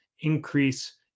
increase